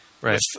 Right